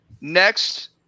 Next